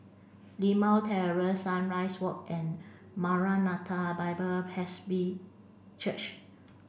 Limau Terrace Sunrise Walk and Maranatha Bible Presby Church